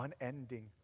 unending